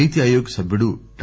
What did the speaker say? నీతి ఆయోగ్ సభ్యుడు డా